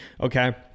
Okay